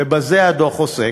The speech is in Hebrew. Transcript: ובזה הדוח עוסק,